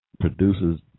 produces